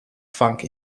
funk